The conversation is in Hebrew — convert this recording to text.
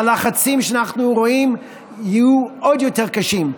הלחצים שאנחנו רואים יהיו עוד יותר קשים.